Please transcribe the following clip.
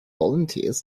volunteers